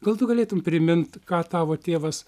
gal tu galėtum primint ką tavo tėvas